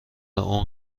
اون